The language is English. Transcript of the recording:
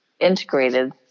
integrated